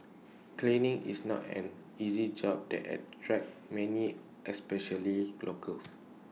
cleaning is not an easy job that attracts many especially locals